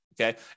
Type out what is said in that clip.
okay